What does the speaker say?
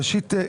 ראשית,